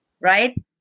Right